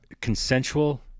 consensual